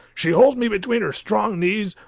she holds me between her strong knees,